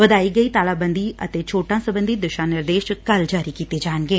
ਵਧਾਈ ਗਈ ਤਾਲਾਬੰਦੀ ਅਤੇ ਛੋਟਾਂ ਸਬੰਧੀ ਦਿਸ਼ਾ ਨਿਰਦੇਸ਼ ਕੱਲੁ ਜਾਰੀ ਕੀਤੇ ਜਾਣਗੇ